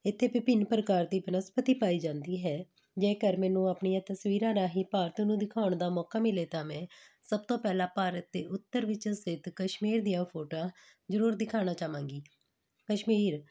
ਇੱਥੇ ਵਿਭਿੰਨ ਪ੍ਰਕਾਰ ਦੀ ਬਨਸਪਤੀ ਪਾਈ ਜਾਂਦੀ ਹੈ ਜੇਕਰ ਮੈਨੂੰ ਆਪਣੀਆਂ ਤਸਵੀਰਾਂ ਰਾਹੀਂ ਭਾਰਤ ਨੂੰ ਦਿਖਾਉਣ ਦਾ ਮੌਕਾ ਮਿਲੇ ਤਾਂ ਮੈਂ ਸਭ ਤੋਂ ਪਹਿਲਾਂ ਭਾਰਤ ਦੇ ਉੱਤਰ ਵਿੱਚ ਸਥਿਤ ਕਸ਼ਮੀਰ ਦੀਆਂ ਫੋਟੋਆਂ ਜ਼ਰੂਰ ਦਿਖਾਣਾ ਚਾਹਾਂਗੀ ਕਸ਼ਮੀਰ